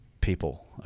people